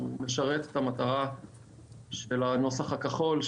משרת את המטרה של הנוסח הכחול,